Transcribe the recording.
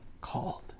called